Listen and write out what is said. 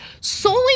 solely